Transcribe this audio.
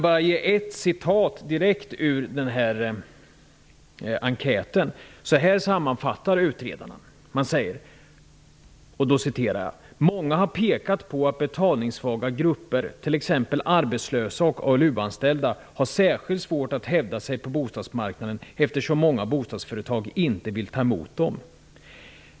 Jag skall läsa direkt ur enkäten. Så här sammanfattar utredarna: Många har pekat på att betalningssvaga grupper, t.ex. arbetslösa och ALU anställda, har särskilt svårt att hävda sig på bostadsmarknaden, eftersom många bostadsföretag inte vill ta emot dem.